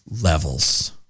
levels